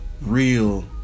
real